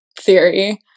theory